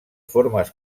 formes